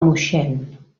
moixent